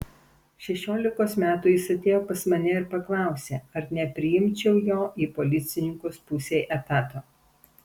šešiolikos metų jis atėjo pas mane ir paklausė ar nepriimčiau jo į policininkus pusei etato